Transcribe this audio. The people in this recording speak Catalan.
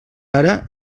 ara